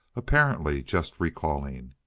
apparently just recalling.